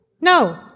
No